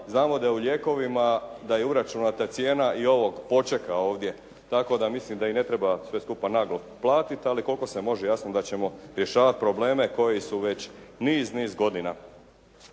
znamo da u lijekovima da je uračunata cijena i ovog počeka ovdje, tako da mislim da i ne treba sve skupa naglo platiti, ali koliko se može jasno da ćemo rješavati probleme koji su već niz niz godina.